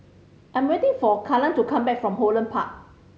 I am waiting for Kaylan to come back from Holland Park